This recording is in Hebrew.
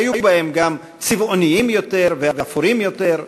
היו בהם גם צבעוניים יותר ואפורים יותר,